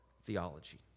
theology